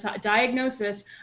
diagnosis